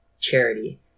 charity